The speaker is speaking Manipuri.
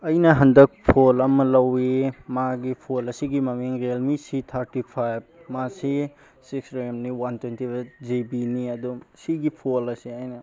ꯑꯩꯅ ꯍꯟꯗꯛ ꯐꯣꯜ ꯑꯃ ꯂꯧꯏ ꯃꯥꯒꯤ ꯐꯣꯜ ꯑꯁꯤꯒꯤ ꯃꯃꯤꯡ ꯔꯦꯜꯃꯤ ꯁꯤ ꯊꯥꯔꯇꯤ ꯐꯥꯏꯚ ꯃꯥꯁꯤ ꯁꯤꯛꯁ ꯔꯦꯝꯅꯤ ꯋꯥꯟ ꯇ꯭ꯋꯦꯟꯇꯤ ꯑꯩꯠ ꯖꯤꯕꯤꯅꯦ ꯑꯗꯨꯝ ꯁꯤꯒꯤ ꯐꯣꯜ ꯑꯁꯦ ꯑꯩꯅ